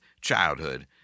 childhood